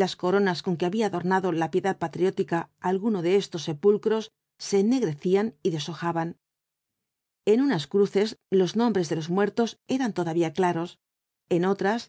las coronas con que habífí adornado la piedad patriótica algunos de estos sepulcros se ennegrecían y deshojaban en unas cruces los nombres de los muertos eran todavía clai os en otras